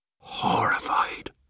horrified